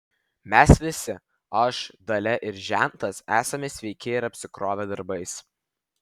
mes visi aš dalia ir žentas esame sveiki ir apsikrovę darbais